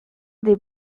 des